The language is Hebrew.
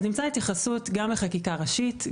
נמצא התייחסות גם בחקיקה ראשית,